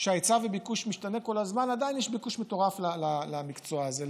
שההיצע והביקוש משתנים כל הזמן עדיין יש ביקוש מטורף למקצוע הזה,